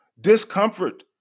discomfort